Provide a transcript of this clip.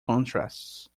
contrasts